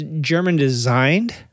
German-designed –